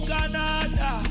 Canada